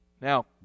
Now